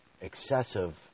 excessive